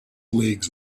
leagues